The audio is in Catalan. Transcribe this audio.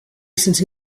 sense